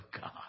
God